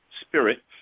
spirit